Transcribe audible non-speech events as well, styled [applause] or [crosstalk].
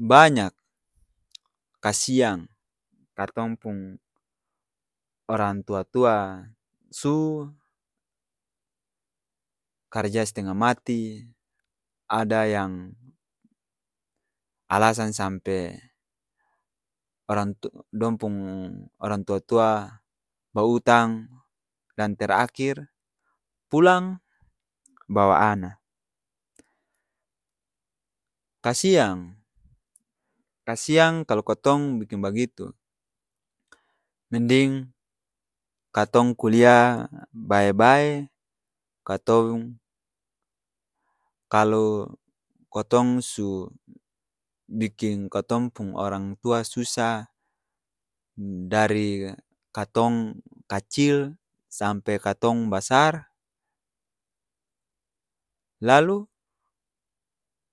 Banyak! [noise] kasiang, katong pung orang tua-tua su karja stenga mati, ada yang alasan sampe orang tu dong pung orang tua-tua, ba'utang, dan ter akir pulang bawa ana, kasiang! Kasiang kalu kotong biking bagitu, mending, katong kulia bae-bae, katong, kalo kotong su biking kotong pung orang tua susa dari katong kacil sampe katong basar, lalu?